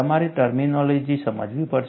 તમારે ટર્મિનોલોજી સમજવી પડશે